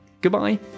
Goodbye